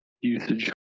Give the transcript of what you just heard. usage